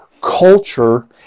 culture